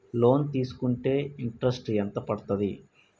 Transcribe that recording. Loan తీస్కుంటే interest ఎంత పడ్తది?